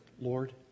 Lord